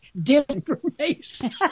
disinformation